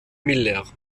miller